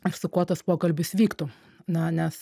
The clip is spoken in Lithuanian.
ir su kuo tas pokalbis vyktų na nes